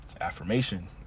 affirmation